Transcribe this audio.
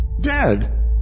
Dead